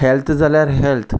health जाल्यार health